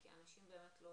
כי לאנשים לא